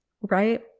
right